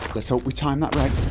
let's hope we time that right